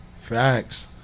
Facts